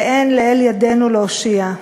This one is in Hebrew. ואין לאל ידנו להושיע.